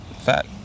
Fat